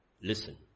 listen